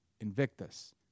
Invictus